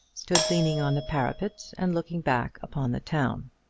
stood leaning on the parapet and looking back upon the town.